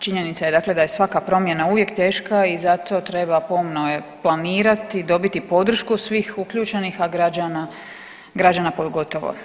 Činjenica je dakle da je svaka promjena uvijek teška i zato treba pomno planirati, dobiti podršku svih uključenih, a građana pogotovo.